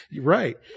Right